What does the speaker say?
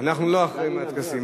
אנחנו לא אחראים על הטקסים.